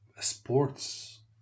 sports